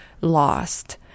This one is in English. lost